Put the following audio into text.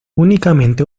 únicamente